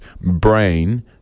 brain